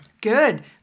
Good